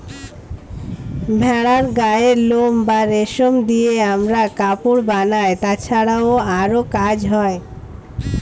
ভেড়ার গায়ের লোম বা রেশম দিয়ে আমরা কাপড় বানাই, তাছাড়াও আরো কাজ হয়